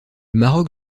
maroc